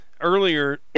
earlier